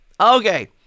okay